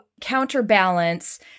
counterbalance